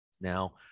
Now